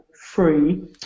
free